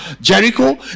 Jericho